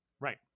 Right